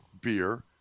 Beer